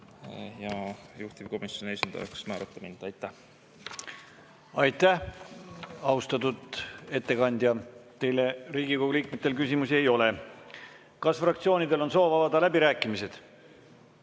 ja juhtivkomisjoni esindajaks määrata mind. Aitäh! Aitäh, austatud ettekandja! Teile Riigikogu liikmetel küsimusi ei ole. Kas fraktsioonidel on soov avada läbirääkimised?